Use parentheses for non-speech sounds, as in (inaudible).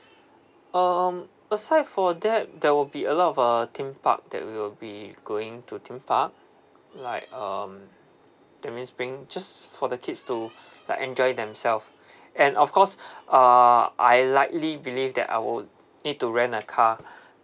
um aside for that there will be a lot of uh theme park that we'll be going to theme park like um that means bring just for the kids to like enjoy themselves and of course (breath) uh I likely believe that I would need to rent a car